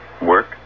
Work